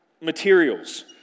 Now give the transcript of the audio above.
materials